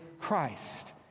Christ